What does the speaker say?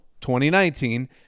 2019